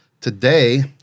Today